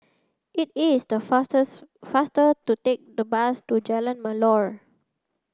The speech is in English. it is the fastest faster to take the bus to Jalan Melor